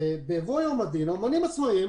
בבוא יום הדין האומנים העצמאים